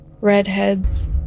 Redheads